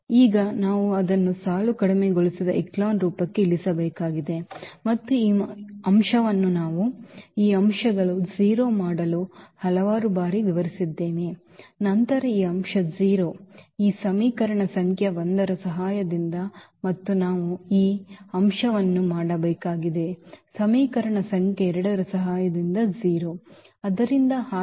ಈಗ ನಾವು ಅದನ್ನು ಸಾಲು ಕಡಿಮೆಗೊಳಿಸಿದ ಎಚೆಲಾನ್ ರೂಪಕ್ಕೆ ಇಳಿಸಬೇಕಾಗಿದೆ ಮತ್ತು ಈ ಅಂಶವನ್ನು ನಾವು ಈ ಅಂಶಗಳನ್ನು 0 ಮಾಡಲು ಹಲವಾರು ಬಾರಿ ವಿವರಿಸಿದ್ದೇವೆ ನಂತರ ಈ ಅಂಶ 0 ಈ ಸಮೀಕರಣ ಸಂಖ್ಯೆ 1 ರ ಸಹಾಯದಿಂದ ಮತ್ತು ನಂತರ ನಾವು ಈ ಅಂಶವನ್ನು ಮಾಡಬೇಕಾಗಿದೆ ಸಮೀಕರಣ ಸಂಖ್ಯೆ 2 ರ ಸಹಾಯದಿಂದ 0